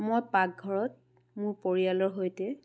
মই পাকঘৰত মোৰ পৰিয়ালৰ সৈতে